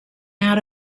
out